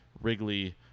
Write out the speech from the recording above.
Wrigley